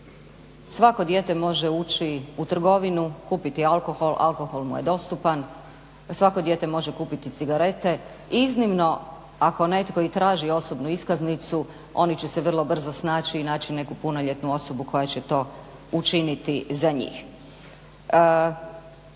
Svako dijete može ući u trgovinu, kupiti alkohol, alkohol mu je dostupan, svako dijete može kupiti cigarete, iznimno ako netko i traži osobnu iskaznicu oni će se vrlo brzo snaći i naći neku punoljetnu osobu koja će to učiniti za njih.